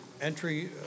entry